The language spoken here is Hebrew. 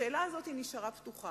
השאלה הזאת נשארה פתוחה,